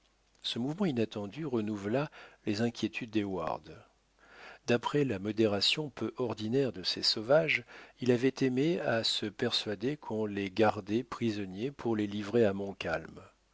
ce mouvement inattendu renouvela les inquiétudes d'heyward d'après la modération peu ordinaire de ces sauvages il avait aimé à se persuader qu'on les gardait prisonniers pour les livrer à montcalm comme